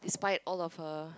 inspired all of her